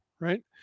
right